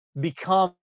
become